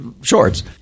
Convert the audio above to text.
shorts